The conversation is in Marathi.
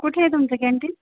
कुठे आहे तुमचं कॅंटीन